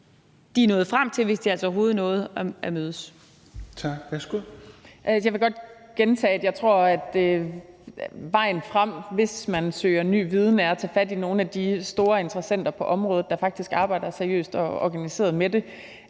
de nåede frem til, hvis de altså overhovedet nåede at mødes.